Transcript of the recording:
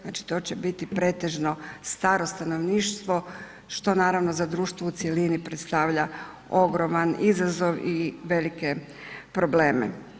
Znači to će biti staro stanovništvo što naravno za društvo u cjelini predstavlja ogroman izazov i velike probleme.